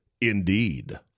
Indeed